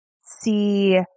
see